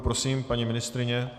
Prosím, paní ministryně?